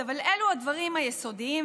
אבל אלו הדברים היסודיים,